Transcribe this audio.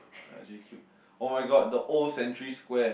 or J-Cube oh-my-god the old Century Square